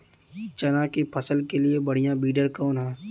चना के फसल के लिए बढ़ियां विडर कवन ह?